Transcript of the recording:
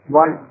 one